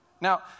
Now